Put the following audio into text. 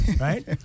Right